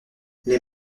les